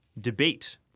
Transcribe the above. debate